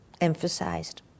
emphasized